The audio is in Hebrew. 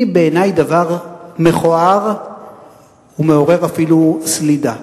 היא בעיני דבר מכוער ומעורר אפילו סלידה.